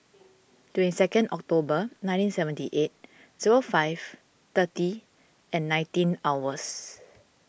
twenty second October nineteen seventy eight zero five thirty and nineteen hours